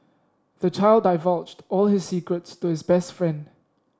the child divulged all his secrets to his best friend